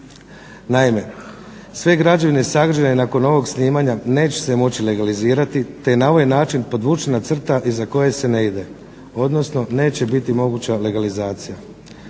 Naime, sve građevine sagrađene nakon ovog snimanja neće se moći legalizirat, te je na ovaj način podvučena crta iza koje se ne ide, odnosno neće biti moguća legalizacija.